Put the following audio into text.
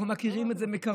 אנחנו מכירים את זה מקרוב.